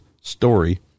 story